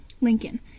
Lincoln